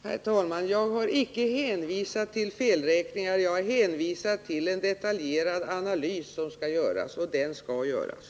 Herr talman! Jag har icke hänvisat till felräkningar. Jag har hänvisat till en detaljerad analys som skall göras, och den skall göras.